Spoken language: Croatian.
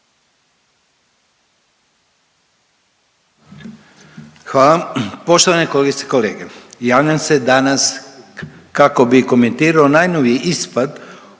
Hvala